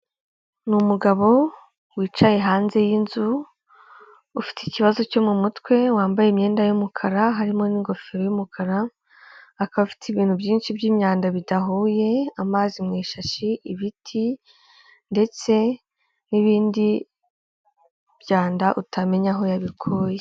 Ni umugabo wicaye hanze y'inzu, ufite ikibazo cyo mu mutwe wambaye imyenda y'umukara harimo n'ingofero y'umukara, akaba afite ibintu byinshi by'imyanda bidahuye: amazi mu ishashi, ibiti ndetse n'ibindi byanda utamenya aho yabikuye.